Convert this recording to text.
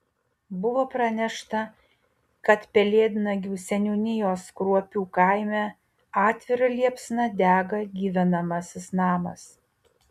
buvo pranešta kad pelėdnagių seniūnijos kruopių kaime atvira liepsna dega gyvenamasis namas